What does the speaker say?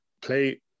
play